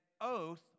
oath